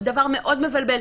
זה דבר מאוד מבלבל.